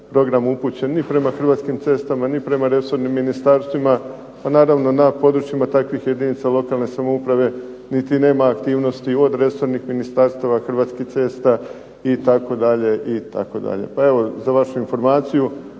program upućen ni prema Hrvatskim cestama ni prema ministarstvima, pa naravno na područjima takvih jedinica lokalne samouprave niti nema aktivnosti od resornih ministarstava, Hrvatskih cesta itd.